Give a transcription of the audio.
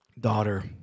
daughter